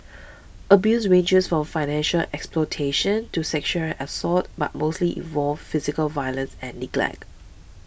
abuse ranges from financial exploitation to sexual assault but mostly involves physical violence and neglect